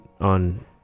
on